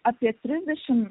apie trisdešim